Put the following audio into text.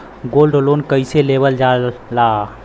Gold loan कईसे लेवल जा ला?